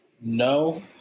No